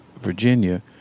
Virginia